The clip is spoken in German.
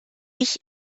ich